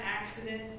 accident